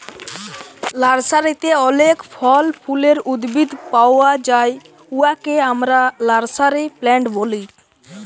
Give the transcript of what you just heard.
লার্সারিতে অলেক ফল ফুলের উদ্ভিদ পাউয়া যায় উয়াকে আমরা লার্সারি প্লান্ট ব্যলি